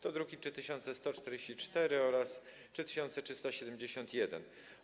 To druki nr 3144 oraz 3371.